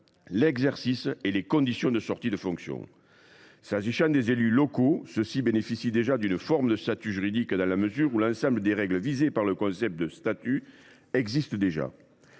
l’exercice et les conditions de sortie du mandat. Les élus locaux bénéficient déjà d’une forme de statut juridique, dans la mesure où l’ensemble des règles visées par le concept de statut existent déjà.